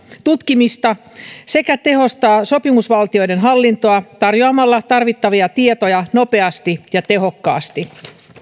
tutkimista sekä tehostaa sopimusvaltioiden hallintoa tarjoamalla tarvittavia tietoja nopeasti ja tehokkaasti